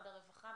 משרד הרווחה.